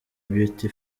beauty